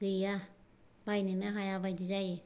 गैया बायनोनो हाया बायदि जायो